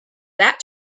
that